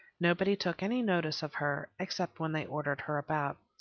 nobody took any notice of her except when they ordered her about.